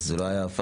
אז זה לא היה הפרה,